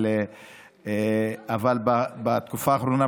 אבל בתקופה האחרונה,